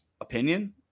opinion